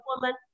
woman